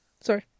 Sorry